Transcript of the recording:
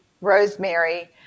rosemary